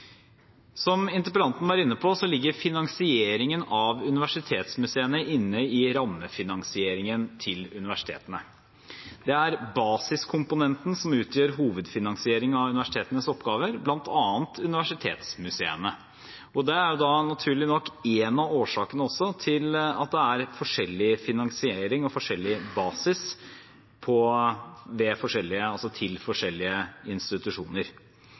Som interpellanten var inne på, ligger finanseringen av universitetsmuseene inne i rammefinansieringen til universitetene. Det er basiskomponenten som utgjør hovedfinansieringen av universitetenes oppgaver, bl.a. universitetsmuseene. Det er naturlig nok også en av årsakene til at det er forskjellig finansiering og forskjellig basis til forskjellige institusjoner. Som vi skrev i Meld. St. 18 for 2014–2015, som nå ligger til